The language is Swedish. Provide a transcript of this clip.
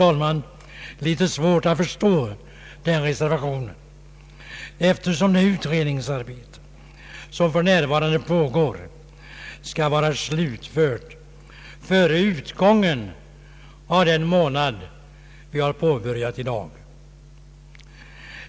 Jag har litet svårt att förstå denna reservation, eftersom det utredningsarbete som för närvarande pågår skall vara slutfört före utgången av den månad vi har påbörjat i dag.